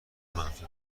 منفی